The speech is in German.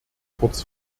kurz